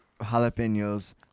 jalapenos